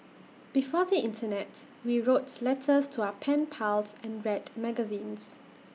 before the Internet we wrote letters to our pen pals and read magazines